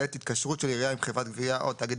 (ב)התקשרות של עירייה עם חברת גבייה או תאגיד